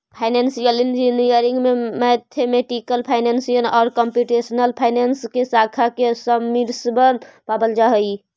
financial engineering में mathematical finance आउ computational finance के शाखा के सम्मिश्रण पावल जा हई